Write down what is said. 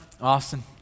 Austin